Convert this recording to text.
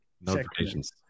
notifications